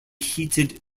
heated